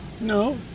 No